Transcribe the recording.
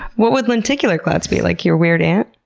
what would lenticular clouds be, like, your weird aunt?